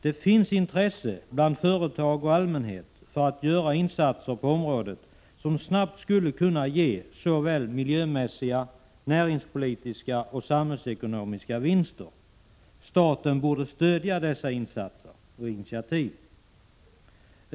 Det finns intresse bland företag och allmänhet för att göra insatser på området som snabbt skulle kunna ge såväl miljömässiga, näringspolitiska som samhällsekonomiska vinster. Staten borde stödja dessa initiativ.